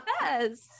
Yes